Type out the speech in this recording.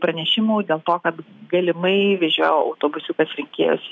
pranešimų dėl to kad galimai vežiojo autobusiukas rinkėjus